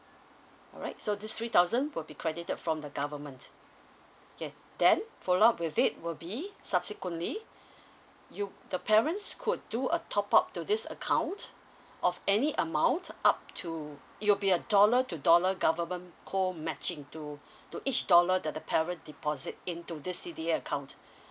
alright so this three thousand will be credited from the government okay then follow up with it will be subsequently you the parents could do a top up to this account of any amount up to it will be a dollar to dollar government co matching to to each dollar the the parent deposit into this C_D_A account